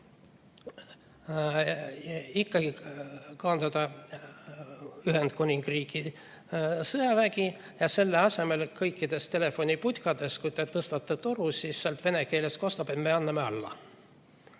ikkagi koondada Ühendkuningriigi sõjavägi ja teha nii, et kõikides telefoniputkades, kui te tõstate toru, siis sealt vene keeles kostab, et me anname alla.